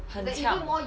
很呛